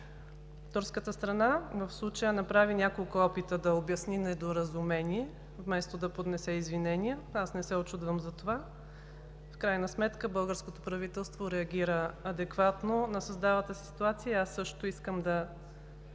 турската страна направи няколко опита да обясни недоразумение вместо да поднесе извинения – аз не се учудвам на това. В крайна сметка българското правителство реагира адекватно на създалата се ситуация. Аз също искам да